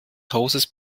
hauses